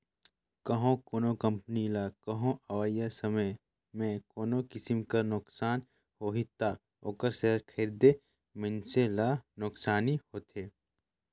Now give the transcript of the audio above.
कहों कोनो कंपनी ल कहों अवइया समे में कोनो किसिम कर नोसकान होही ता ओकर सेयर खरीदे मइनसे ल नोसकानी होथे